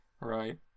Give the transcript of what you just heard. Right